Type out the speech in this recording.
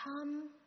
Come